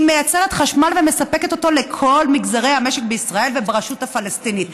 היא מייצרת חשמל ומספקת אותו לכל מגזרי המשק בישראל וברשות הפלסטינית.